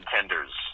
Tenders